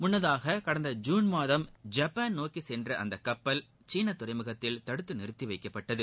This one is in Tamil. முள்னதாக கடந்த ஜுன் மாதம் ஜப்பான் நோக்கி சென்ற அந்த கப்பல் சீன துறைமுகத்தில் தடுத்து நிறுத்தி வைக்கப்பட்டது